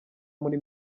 muri